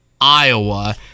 Iowa